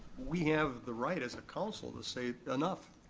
we have the right as a council to say, enough.